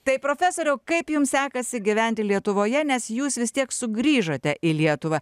tai profesoriau kaip jums sekasi gyventi lietuvoje nes jūs vis tiek sugrįžote į lietuvą